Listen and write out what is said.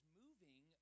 moving